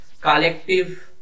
collective